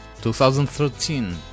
2013